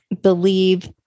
believe